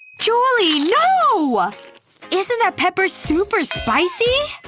julie, no! isn't that pepper super spicy?